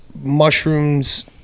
Mushrooms